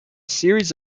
series